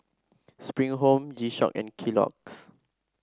Spring Home G Shock and Kellogg's